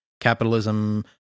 capitalism